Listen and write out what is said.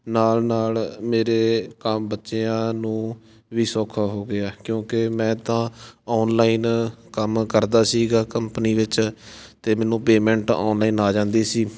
ਨਾਲ ਨਾਲ ਮੇਰੇ ਕਾਮ ਬੱਚਿਆਂ ਨੂੰ ਵੀ ਸੌਖਾ ਹੋ ਗਿਆ ਕਿਉਂਕਿ ਮੈਂ ਤਾਂ ਔਨਲਾਈਨ ਕੰਮ ਕਰਦਾ ਸੀਗਾ ਕੰਪਨੀ ਵਿੱਚ ਅਤੇ ਮੈਨੂੰ ਪੇਮੈਂਟ ਔਨਲਾਈਨ ਆ ਜਾਂਦੀ ਸੀ